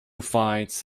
fights